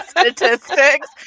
statistics